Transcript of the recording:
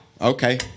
okay